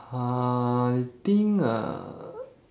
uh I think uh